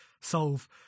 solve